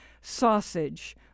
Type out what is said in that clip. sausage